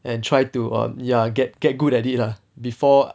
and try to err ya get get good at it lah before